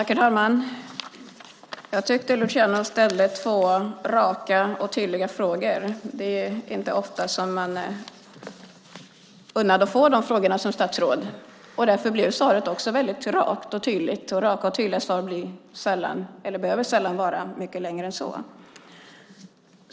Herr talman! Jag tyckte att Luciano ställde två raka och tydliga frågor. Det är inte ofta som det är ett statsråd förunnat att få de frågorna, och därför blev svaret också väldigt rakt och tydligt. Raka och tydliga svar behöver sällan vara mycket längre än så.